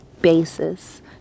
basis